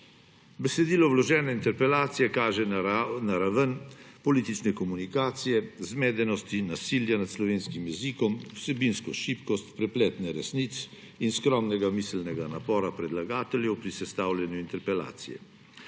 Besedilo vložene interpelacije kaže na raven politične komunikacije, zmedenosti in nasilja nad slovenskim jezikom, vsebinsko šibkost, preplet neresnic in skromnega miselnega napora predlagateljev pri sestavljanju interpelacije.